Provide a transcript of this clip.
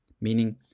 meaning